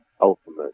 ultimate